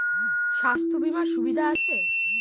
স্বাস্থ্য বিমার সুবিধা আছে?